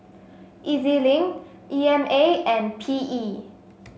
E Z Link E M A and P E